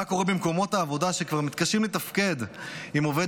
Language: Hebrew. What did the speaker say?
מה קורה במקומות העבודה שכבר מתקשים לתפקד עם עובד